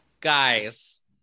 Guys